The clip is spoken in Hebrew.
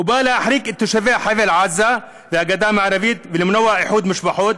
ובא להחריג את תושבי חבל-עזה והגדה המערבית ולמנוע איחוד משפחות,